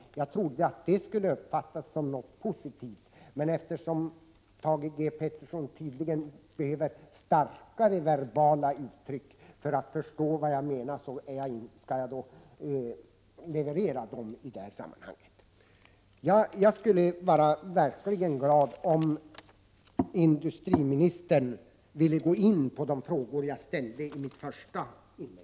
Jag trodde att det skulle upplevas som något positivt. Eftersom Thage G Peterson tydligen behöver starkare verbala uttryck för att förstå vad jag menar, skall jag leverera dem i detta sammanhang. Jag skulle verkligen vara glad om industriministern ville gå in på de frågor jag ställde i mitt första inlägg.